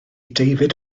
david